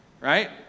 right